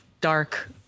dark